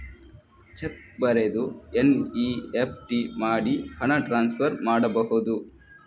Check ಬರೆದು NEFT ಮಾಡಿ ಹಣ ಟ್ರಾನ್ಸ್ಫರ್ ಮಾಡಬಹುದು?